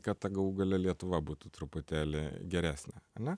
kad ta galų gale lietuva būtų truputėlį geresnė ane